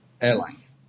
Airlines